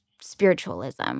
spiritualism